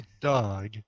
dog